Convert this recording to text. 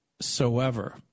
soever